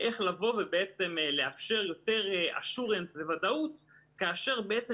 איך לבוא ולאפשר יותר Assurance ו-ודאות כאשר בעצם